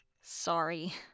Sorry